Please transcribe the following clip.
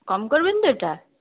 কম করবেন তো এটা